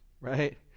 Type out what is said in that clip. right